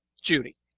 judy